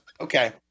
Okay